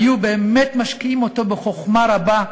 היו באמת משקיעים אותו בחוכמה רבה,